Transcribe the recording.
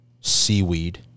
seaweed